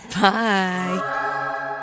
Bye